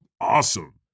Awesome